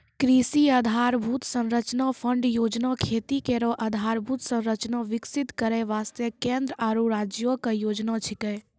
कृषि आधारभूत संरचना फंड योजना खेती केरो आधारभूत संरचना विकसित करै वास्ते केंद्र आरु राज्यो क योजना छिकै